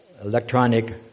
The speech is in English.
electronic